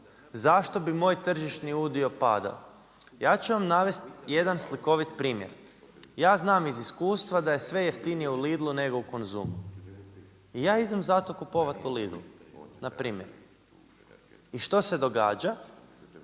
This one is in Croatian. zašto bi moj tržišni udio padao? Ja ću vam navesti jedan slikoviti primjer. Ja znam iz iskustva da je sve jeftinije u Lidlu nego u Konzumu. I ja idem zato kupovati u Lidl, npr. I što se događa?